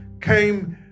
came